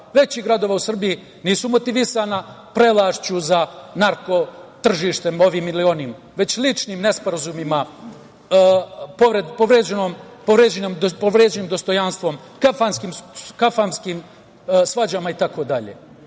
većih gradova u Srbiji, nisu motivisana prevlašću za narko-tržište, ovim ili onim, već ličnim nesporazumima, povređenim dostojanstvom, kafanskim svađama itd. Hoću